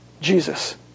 Jesus